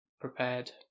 prepared